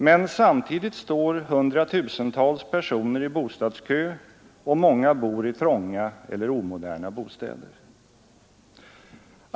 Men samtidigt står hundratusentals personer i bostadskö och många bor i trånga eller omoderna bostäder.